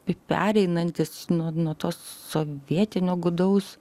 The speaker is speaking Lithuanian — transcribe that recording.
pereinantis nuo nuo to sovietinio gūdaus